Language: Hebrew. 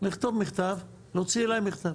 לכתוב מכתב, להוציא אליי מכתב.